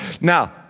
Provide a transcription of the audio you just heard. Now